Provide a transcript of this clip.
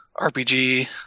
RPG